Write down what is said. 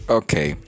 okay